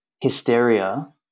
hysteria